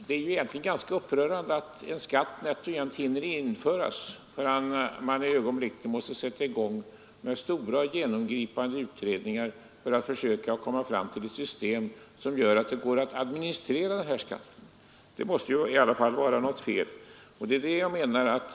Det är egentligen ganska upprörande att en skatt nätt och jämt hinner införas förrän man måste sätta i gång med stora och genomgripande utredningar för att försöka komma fram till ett system som gör att det går att administrera skatten. Det måste i alla fall vara något fel.